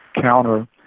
counter